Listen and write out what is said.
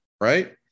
right